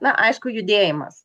na aišku judėjimas